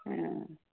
ହୁଁ